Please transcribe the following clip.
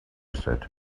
said